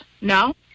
No